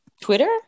twitter